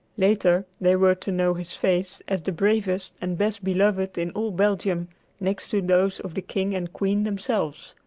later they were to know his face as the bravest and best beloved in all belgium next to those of the king and queen themselves.